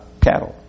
cattle